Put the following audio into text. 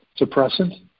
suppressant